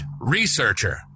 researcher